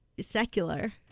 secular